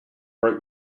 break